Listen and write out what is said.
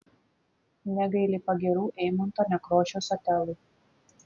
negaili pagyrų eimunto nekrošiaus otelui